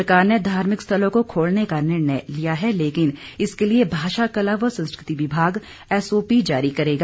सरकार ने धार्मिक स्थलों को खोलने का निर्णय लिया है लेकिन इसके लिए भाषा कला व संस्कृति विभाग एसओपी जारी करेगा